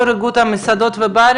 יושב ראש איגוד המסעדות והברים.